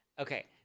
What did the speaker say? Okay